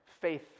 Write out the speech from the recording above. Faith